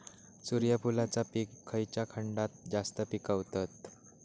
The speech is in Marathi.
सूर्यफूलाचा पीक खयच्या खंडात जास्त पिकवतत?